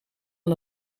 aan